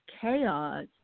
chaos